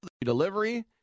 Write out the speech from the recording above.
Delivery